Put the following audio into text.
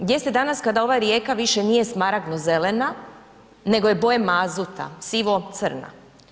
Gdje ste danas kada ova rijeka više nije smaragdno zelena nego je boje mazuta sivo crna?